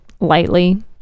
lightly